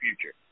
future